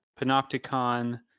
Panopticon